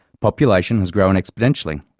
population has grown exponentially,